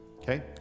Okay